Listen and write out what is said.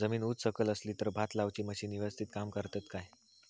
जमीन उच सकल असली तर भात लाऊची मशीना यवस्तीत काम करतत काय?